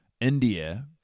India